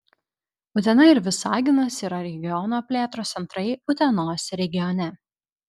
utena ir visaginas yra regiono plėtros centrai utenos regione